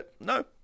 no